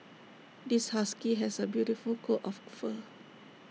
this husky has A beautiful coat of fur